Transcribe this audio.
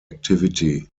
activity